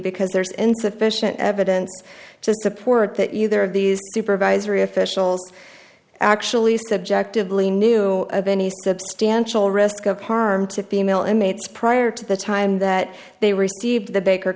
because there's insufficient evidence to support that you there of these supervisory officials actually subjectively knew of any substantial risk of harm to female inmates prior to the time that they received the baker